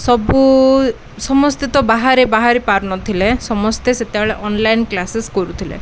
ସବୁ ସମସ୍ତେ ତ ବାହାରେ ବାହାରି ପାରୁନଥିଲେ ସମସ୍ତେ ସେତେବେଳେ ଅନଲାଇନ୍ କ୍ଲାସେସ୍ କରୁଥିଲେ